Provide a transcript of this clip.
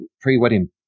pre-wedding